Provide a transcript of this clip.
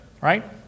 Right